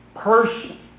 person